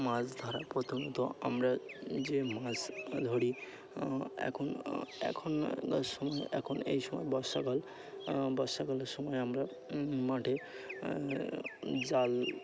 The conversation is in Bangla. মাছ ধরা প্রথমত আমরা যে মাছ ধরি এখন এখন সময় এখন এই সময় বর্ষাকাল বর্ষাকালের সময় আমরা মাঠে জাল